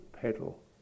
pedal